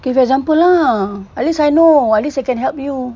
give example lah at least I know at least I can help you